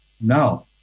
Now